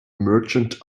merchant